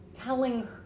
Telling